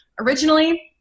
Originally